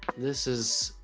this is